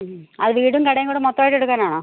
മ് അത് വീടും കടയും കൂടെ മൊത്തമായിട്ട് എടുക്കാനാണോ